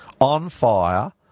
on-fire